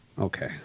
Okay